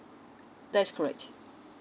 that's correct